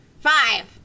Five